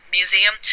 museum